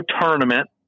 tournament